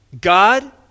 God